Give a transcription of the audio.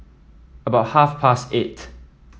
about half past eight